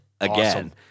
again